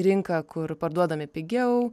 rinką kur parduodami pigiau